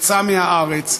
יצא מהארץ.